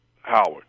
Howard